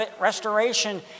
restoration